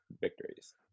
victories